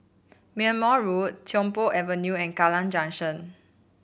Belmont Road Tiong Poh Avenue and Kallang Junction